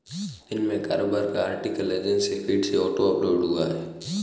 दिन में कारोबार का आर्टिकल एजेंसी फीड से ऑटो अपलोड हुआ है